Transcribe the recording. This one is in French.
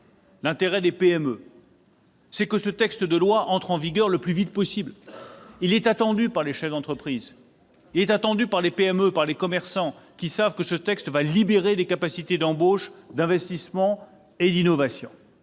l'intérêt des PME que ce texte entre en vigueur le plus vite possible. Il est attendu par les chefs d'entreprise, par les PME, par les commerçants, qui savent que ce texte libérera les capacités d'embauche, d'investissement et d'innovation.